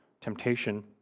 temptation